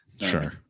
sure